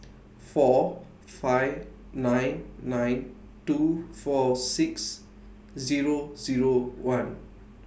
four five nine nine two four six Zero Zero one